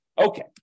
Okay